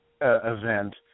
event